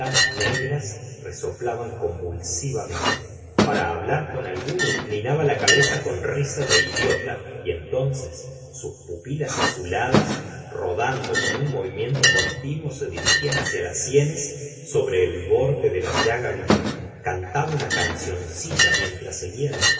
negras resoplaban convulsivamente para hablar con alguno inclinaba la cabeza con risa de idiota y entonces sus pupilas azuladas rodando con un movimiento continuo se dirigían hacia las sienes sobre el borde de la llaga viva cantaba una cancioncilla mientras seguía